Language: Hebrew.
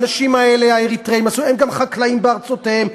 האנשים האלה, האריתריאים, הם גם חקלאים בארצותיהם.